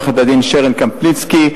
עורכת-הדין שריל קמפינסקי,